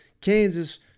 Kansas